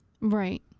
Right